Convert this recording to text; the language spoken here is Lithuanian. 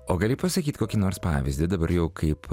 o gali pasakyt kokį nors pavyzdį dabar jau kaip